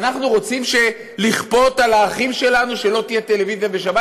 אנחנו רוצים לכפות על האחים שלנו שלא תהיה טלוויזיה בשבת?